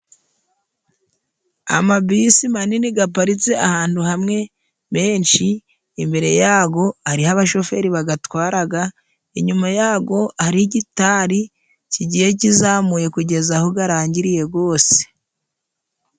Amabisi manini gaparitse ahantu hamwe menshi, imbere yago hariho abashoferi bagatwaraga, inyuma yago hari igitari kigiye kizamuye kugeza aho garangiriye gose.